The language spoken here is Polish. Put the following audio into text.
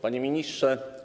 Panie Ministrze!